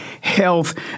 health